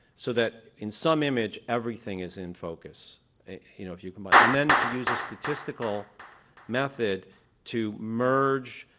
so that in some image, everything is in focus. you know if you combine. and then to use a statistical method to merge,